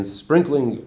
sprinkling